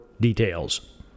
details